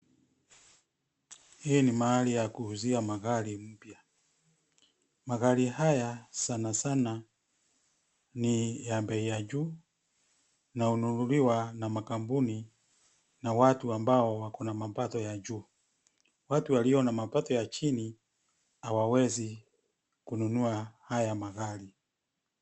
Hii ni mahali ya kuuzia magari .Magari haya sana sana ni ya bei ya juu na hununuliwa na makampuni na watu ambao wako na mapato ya juu. Watu walio na mapato ya chini hawawezi kununua haya magari.